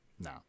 No